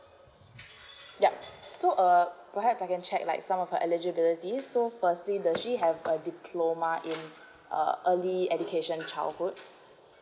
yup so uh perhaps I can check like some of eligibility so firstly does she have a diploma in uh early education childhood